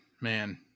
man